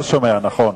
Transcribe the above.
הישיבה,